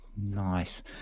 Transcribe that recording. Nice